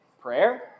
prayer